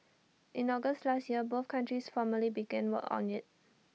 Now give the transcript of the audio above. in August last year both countries formally began work on IT